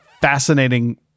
fascinating